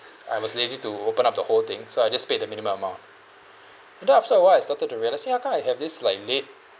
s~ I was lazy to open up the whole thing so I just paid the minimum amount but then after awhile I started to realise !hey! how come I have this like late